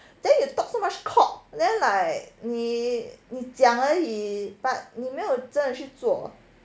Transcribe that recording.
then you talk so much cock then like 你你讲而已 but 你没有真的去做